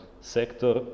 sector